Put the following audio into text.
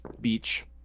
Beach